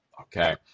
Okay